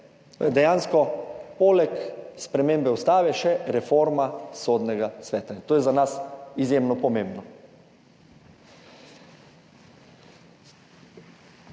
dejansko poleg spremembe ustave še reforma Sodnega sveta in to je za nas izjemno pomembno.